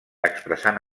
expressant